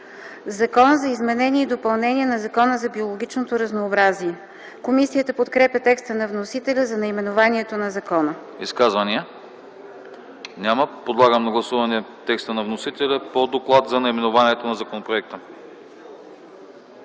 „Закон за изменение и допълнение на Закона за биологичното разнообразие.” Комисията подкрепя текста на вносителя за наименованието на закона. ПРЕДСЕДАТЕЛ АНАСТАС АНАСТАСОВ: Изказвания? Няма. Подлагам на гласуване текста на вносителя по доклад за наименованието на законопроекта,